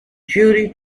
jury